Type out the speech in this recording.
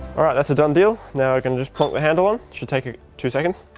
that's a done deal, now we're gonna just pop the handle on should take ah two seconds.